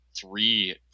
three